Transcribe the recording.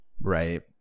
right